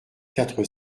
quatre